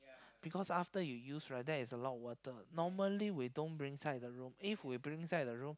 because after you use right there is a lot of water normally we don't bring inside the room if we bring inside the room